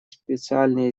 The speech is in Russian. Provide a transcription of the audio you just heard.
специальные